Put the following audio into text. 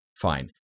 fine